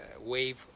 wave